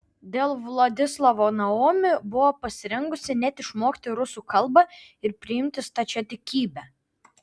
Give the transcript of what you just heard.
dėl vladislavo naomi buvo pasirengusi net išmokti rusų kalbą ir priimti stačiatikybę